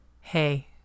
hey